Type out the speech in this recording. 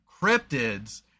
cryptids